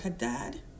Haddad